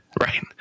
Right